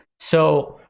so,